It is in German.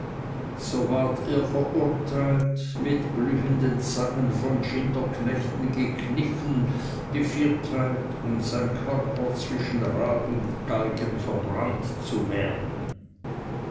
so ward er verurteilt mit glühenden zangen von schinderknechten gekniffen gevierteilt und sein körper zwischen rad und galgen verbrannt zu werden